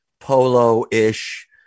polo-ish